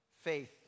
faith